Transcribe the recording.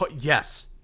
Yes